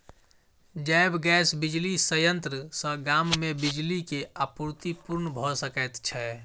जैव गैस बिजली संयंत्र सॅ गाम मे बिजली के आपूर्ति पूर्ण भ सकैत छै